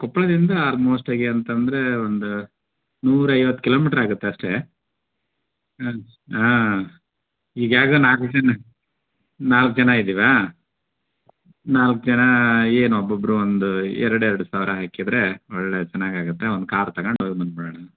ಕೊಪ್ಪಳದಿಂದ almost ಆಗಿ ಅಂತಂದ್ರೆ ಒಂದು ನೂರೈವತ್ತು ಕಿಲೋಮೀಟ್ರ್ ಆಗತ್ತೆ ಅಷ್ಟೆ ಹಾಂ ಹಾಂ ಈಗ ಹ್ಯಾಗು ನಾಲ್ಕು ಜನ ನಾಲ್ಕು ಜನ ಇದ್ದೀವಾ ನಾಲ್ಕು ಜನ ಏನು ಒಬ್ಬೊಬ್ಬರು ಒಂದು ಎರಡು ಎರಡು ಸಾವಿರ ಹಾಕಿದ್ರೆ ಒಳ್ಳೆ ಚೆನ್ನಾಗಿ ಆಗುತ್ತೆ ಒಂದು ಕಾರ್ ತಗೊಂಡು ಹೋಗ್ ಬಂದು ಬಿಡೋಣ